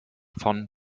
von